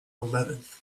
eleventh